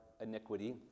iniquity